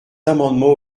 amendements